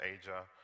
Asia